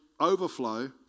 overflow